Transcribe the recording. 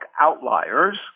Outliers